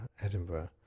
edinburgh